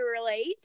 relate